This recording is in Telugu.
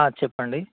చెప్పండి